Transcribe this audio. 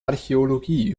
archäologie